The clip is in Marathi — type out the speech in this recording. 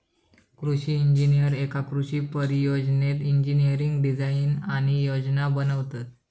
कृषि इंजिनीयर एका कृषि परियोजनेत इंजिनियरिंग डिझाईन आणि योजना बनवतत